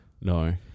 No